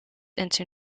into